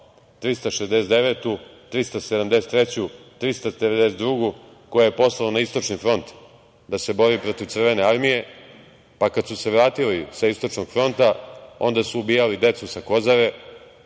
369, 373. i 392. koje je poslao na Istočni front, da se bore protiv Crvene armije, pa kad su se vratili sa Istočnog fronta, onda su ubijali decu sa Kozare,